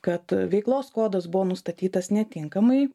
kad veiklos kodas buvo nustatytas netinkamai